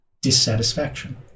dissatisfaction